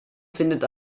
findet